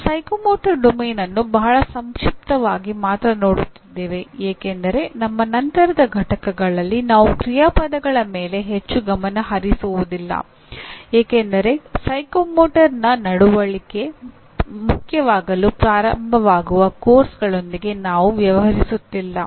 ನಾವು ಮನೋಪ್ರೇರಣಾ ಕ್ಷೇತ್ರವನ್ನು ಬಹಳ ಸಂಕ್ಷಿಪ್ತವಾಗಿ ಮಾತ್ರ ನೋಡುತ್ತಿದ್ದೇವೆ ಏಕೆಂದರೆ ನಮ್ಮ ನಂತರದ ಪಠ್ಯಗಳಲ್ಲಿ ನಾವು ಕ್ರಿಯಾಪದಗಳ ಮೇಲೆ ಹೆಚ್ಚು ಗಮನ ಹರಿಸುವುದಿಲ್ಲ ಏಕೆಂದರೆ ಮನೋಪ್ರೇರಣಾ ನಡವಳಿಕೆ ಮುಖ್ಯವಾಗಲು ಪ್ರಾರಂಭವಾಗುವ ಪಠ್ಯಕ್ರಮಗಳೊಂದಿಗೆ ನಾವು ವ್ಯವಹರಿಸುತ್ತಿಲ್ಲ